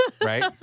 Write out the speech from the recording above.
right